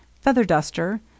feather-duster